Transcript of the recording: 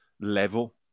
level